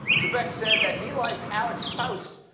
trebek said that he likes alex faust,